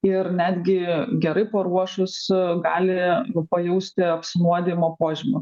ir netgi gerai paruošus gali pajausti apsinuodijimo požymių